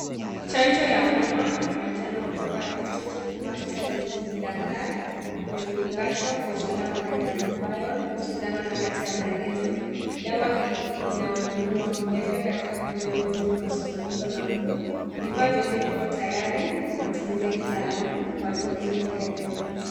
Chanjo ya homa ya manjano kutoka Institute Pasteur di Dakar imefungashwa kwa usalama na ina vial , sindano na hati ya maelezo. Dawa hii ina umuhimu wa kiafya katika kuzuia ugonjwa unaosababishwa na mbu. Vifaa vyote viko tayari kwa matumizi ya kitaalamu kwa ajili ya kinga ya jamii.